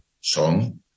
song